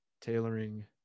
tailoring